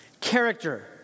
Character